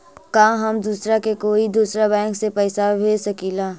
का हम दूसरा के कोई दुसरा बैंक से पैसा भेज सकिला?